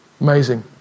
Amazing